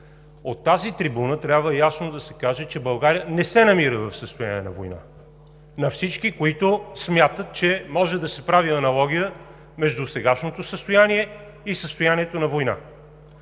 От тази трибуна трябва ясно да се каже, че България не се намира в състояние на война, на всички, които смятат, че може да се прави аналогия между сегашното състояние и състоянието на война.